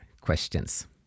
questions